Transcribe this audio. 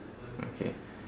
okay